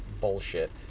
bullshit